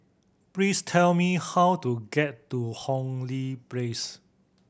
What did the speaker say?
please tell me how to get to Hong Lee Place